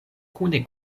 kune